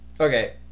Okay